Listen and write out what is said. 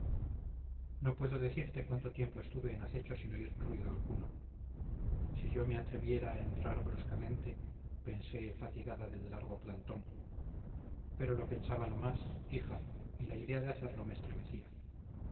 no puedo decirte cuánto tiempo estuve en acecho sin oír ruido alguno si yo me atreviera a entrar bruscamente pensé fatigada del largo plantón pero lo pensaba no más hija y la idea de hacerlo me estremecía